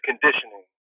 conditioning